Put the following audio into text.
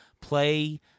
play